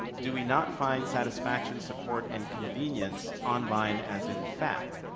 do we not find satisfaction support and convenience online as in fact?